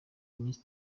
iminsi